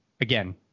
again